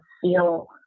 feel